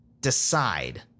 decide